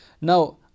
Now